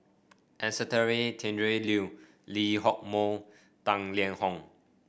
Anastasia Tjendri Liew Lee Hock Moh Tang Liang Hong